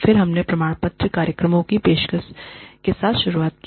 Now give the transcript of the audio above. फिर हमने प्रमाणपत्र कार्यक्रमों की पेशकश के साथ शुरुआत की